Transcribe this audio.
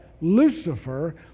Lucifer